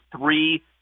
three